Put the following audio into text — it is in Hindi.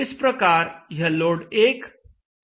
इस प्रकार यह लोड 1 का विवरण है